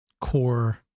core